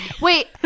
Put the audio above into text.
Wait